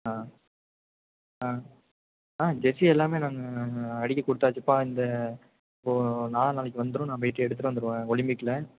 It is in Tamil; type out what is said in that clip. ஆ ஆ ஆ ஜெசி எல்லாமே நாங்க அடிக்க கொடுத்தாச்சுப்பா இந்த இப்போது நாளா நாளைக்கு வந்துடும் நான் போயிட்டு எடுத்துகிட்டு வந்துடுவேன் ஒலிம்பிக்கில்